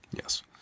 Yes